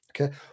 Okay